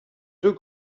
deux